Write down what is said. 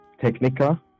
technica